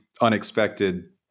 unexpected